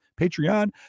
Patreon